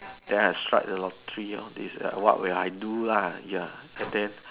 then I strike the lottery lor these are what I would do lah then